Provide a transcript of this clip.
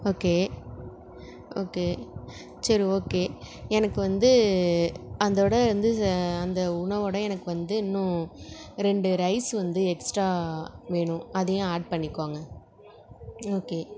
okay okay சரி okay எனக்கு வந்து அதோடு வந்து அந்த உணவோடு எனக்கு வந்து இன்னும் ரெண்டு ரைஸ் வந்து எக்ஸ்ட்ரா வேணும் அதையும் ஆட் பண்ணிக்கோங்க ஓகே